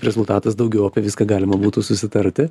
rezultatas daugiau apie viską galima būtų susitarti